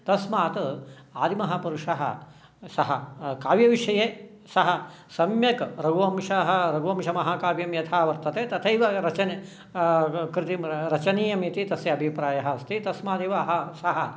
तस्मात् आदिमः पुरुषः सः काव्यविषये सः सम्यक् रघुवंशः रघुवंशमहाकाव्यं यथा वर्तते तथैव रचनीयम् इति तस्य अभिप्रायः अस्ति तस्मादेव अः सः